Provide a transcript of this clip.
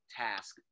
task